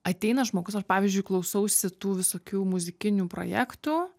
ateina žmogus aš pavyzdžiui klausausi tų visokių muzikinių projektų